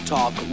Talk